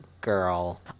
girl